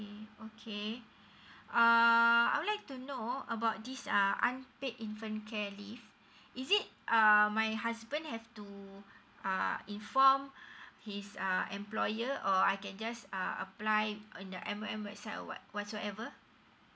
mm okay uh I would like to know about this uh unpaid infant care leave is it uh my husband have to uh inform his uh employer or I can just uh apply on the M_S_F website or what whatsoever